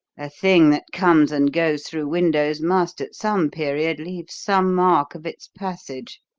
a thing that comes and goes through windows must, at some period, leave some mark of its passage.